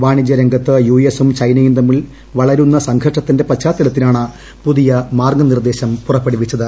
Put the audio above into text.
വാണിജ്യ രംഗത്ത് യു എസും ചൈനയും തമ്മിൽ വളരുന്ന സംഘർഷത്തിന്റെ പശ്ചാത്തലത്തിലാണ് പുതിയ മാർഗ്ഗ നിർദ്ദേശം പുറപ്പെടുവിച്ചത്